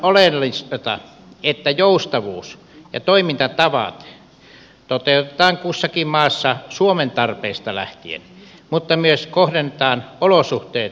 tällöin on oleellista että joustavuus ja toimintatavat toteutetaan kussakin maassa suomen tarpeista lähtien mutta myös kohdennetaan olosuhteet huomioon ottaen